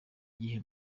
gihe